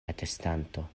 atestanto